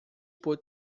por